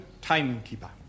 timekeeper